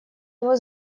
его